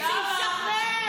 שישחרר.